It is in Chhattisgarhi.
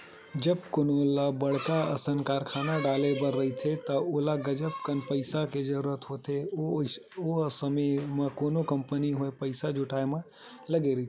जब कोनो ल बड़का असन कारखाना डाले बर रहिथे त ओला गजब कन पइसा के जरूरत होथे, ओ समे म कोनो कंपनी होय पइसा जुटाय म लगे रहिथे